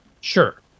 Sure